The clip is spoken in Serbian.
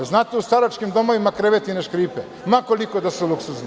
Znate, u staračkim domovima kreveti ne škripe, ma koliko da su luksuzni.